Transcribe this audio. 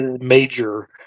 major